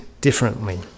differently